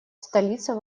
столица